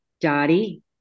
Dottie